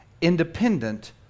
independent